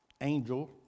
angel